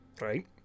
Right